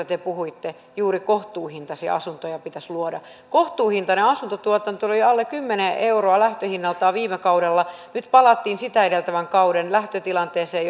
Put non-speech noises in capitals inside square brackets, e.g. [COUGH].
[UNINTELLIGIBLE] te puhuitte juuri kohtuuhintaisia asuntoja pitäisi luoda kohtuuhintainen asuntotuotanto oli alle kymmenen euroa lähtöhinnaltaan viime kaudella nyt palattiin sitä edeltävän kauden lähtötilanteeseen [UNINTELLIGIBLE]